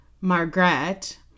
Margaret